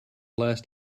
last